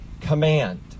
command